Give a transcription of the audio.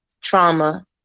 trauma